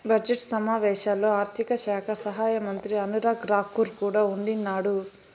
budget సమావేశాల్లో ఆర్థిక శాఖ సహాయమంత్రి అనురాగ్ రాకూర్ కూడా ఉండిన్నాడు